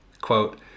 Quote